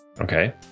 okay